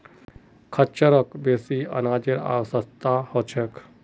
खच्चरक बेसी अनाजेर आवश्यकता ह छेक